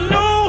no